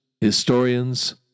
historians